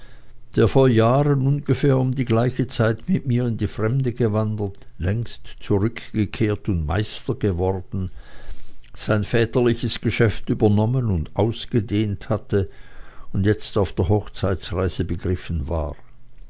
der vor jahren ungefähr um die gleiche zeit mit mir in die fremde gewandert längst zurückgekehrt und meister geworden sein väterliches geschäft übernommen und ausgedehnt hatte und jetzt auf der hochzeitsreise begriffen war